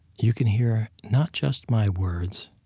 you can hear, not just my words,